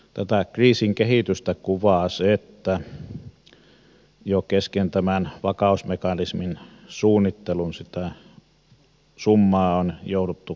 tätä kriisin kehitystä kuvaa se että jo kesken vakausmekanismin suunnittelun summaa on jouduttu kasvattamaan